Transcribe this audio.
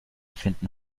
finden